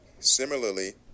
Similarly